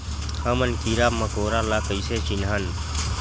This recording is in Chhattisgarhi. हमन कीरा मकोरा ला कइसे चिन्हन?